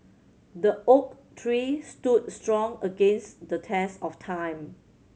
the oak tree stood strong against the test of time